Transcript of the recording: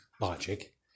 logic